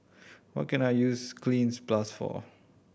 what can I use Cleanz Plus for